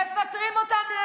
מפטרים אותם.